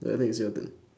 like that it's your turn